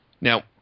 Now